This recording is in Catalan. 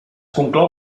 conclou